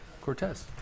Cortez